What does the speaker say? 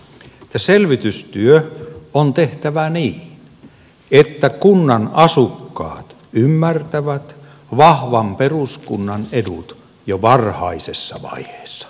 selvitystyö on tehtävä niin että kunnan asukkaat ymmärtävät vahvan peruskunnan edut jo varhaisessa vaiheessa